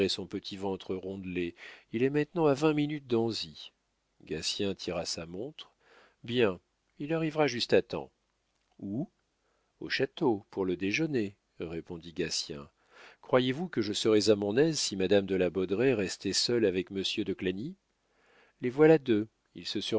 son petit ventre rondelet il est maintenant à vingt minutes d'anzy gatien tira sa montre bien il arrivera juste à temps où au château pour le déjeuner répondit gatien croyez-vous que je serais à mon aise si madame de la baudraye restait seule avec monsieur de clagny les voilà deux ils se